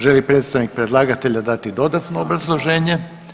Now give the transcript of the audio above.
Želi li predstavnik predlagatelja dati dodatno obrazloženje?